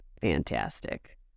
fantastic